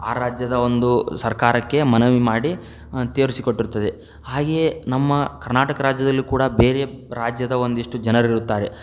ಆ ರಾಜ್ಯದ ಒಂದು ಸರ್ಕಾರಕ್ಕೆ ಮನವಿ ಮಾಡಿ ತೋರ್ಸ್ಕೊಟ್ಟಿರ್ತದೆ ಹಾಗೆಯೇ ನಮ್ಮ ಕರ್ನಾಟಕ ರಾಜ್ಯದಲ್ಲೂ ಕೂಡ ಬೇರೆ ರಾಜ್ಯದ ಒಂದಿಷ್ಟು ಜನರಿರುತ್ತಾರೆ